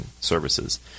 services